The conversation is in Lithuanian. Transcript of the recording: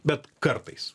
bet kartais